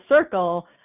circle